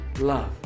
love